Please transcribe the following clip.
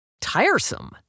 tiresome